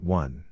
one